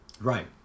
Right